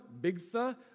Bigtha